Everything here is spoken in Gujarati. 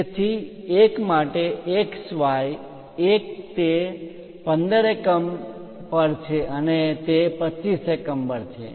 તેથી 1 માટે X Y 1 તે 15 એકમ પર છે અને તે 25 એકમ પર છે